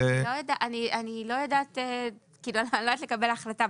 אני לא יודעת לקבל החלטה.